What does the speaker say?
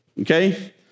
Okay